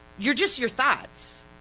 you're just your thoughts,